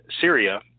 Syria